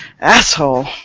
Asshole